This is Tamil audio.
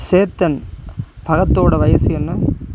சேத்தன் பகத்தோட வயசு என்ன